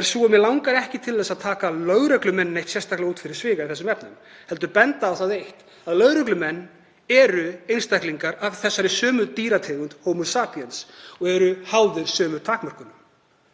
er sú að mig langar ekki til þess að taka lögreglumenn neitt sérstaklega út fyrir sviga í þessum efnum heldur benda á það eitt að lögreglumenn eru einstaklingar af þessari sömu dýrategund, homo sapiens, og eru háðir sömu takmörkunum